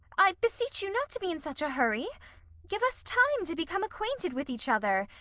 i beseech you not to be in such a hurry give us time to become acquainted with each other,